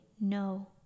No